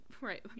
right